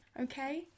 okay